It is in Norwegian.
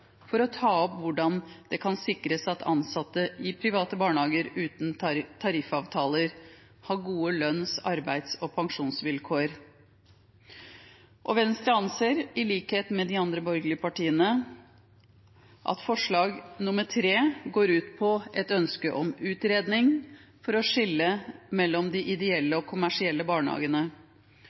for å ta opp hvordan det kan sikres at ansatte i private barnehager uten tariffavtaler har gode lønns-, arbeids- og pensjonsvilkår. Venstre anser – i likhet med de andre borgerlige partiene – at forslag nr. 3 går ut på et ønske om utredning for å skille mellom de ideelle og kommersielle barnehagene,